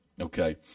Okay